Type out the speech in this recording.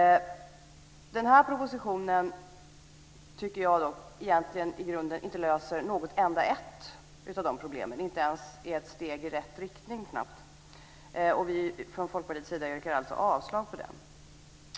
Jag tycker att den här propositionen i grunden inte löser något av dessa problem. Den är knappast ens ett steg i rätt riktning. Och vi från Folkpartiet yrkar alltså avslag på den.